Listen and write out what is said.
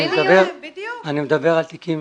אני מדבר על תיקים